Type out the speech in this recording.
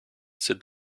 said